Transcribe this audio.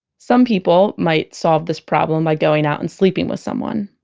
some people might solve this problem by going out and sleeping with someone.